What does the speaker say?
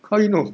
how you know